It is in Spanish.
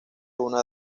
una